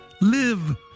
live